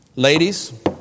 Ladies